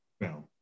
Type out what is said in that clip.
No